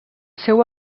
seu